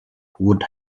would